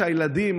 שהילדים,